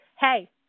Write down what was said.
hey